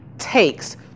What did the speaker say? takes